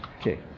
Okay